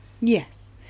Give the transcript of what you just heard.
Yes